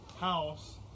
house